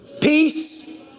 Peace